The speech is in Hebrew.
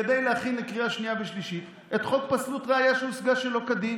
כדי להכין לקריאה שנייה ושלישית את חוק פסלות ראיה שהושגה שלא כדין.